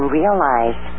realize